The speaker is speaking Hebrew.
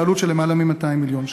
בעלות של יותר מ-200 מיליון שקלים.